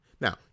Now